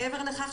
מעבר לכך,